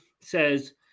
says